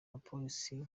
abapolisi